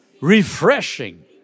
refreshing